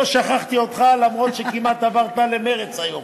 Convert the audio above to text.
לא שכחתי אותך, אף שכמעט עברת למרצ היום.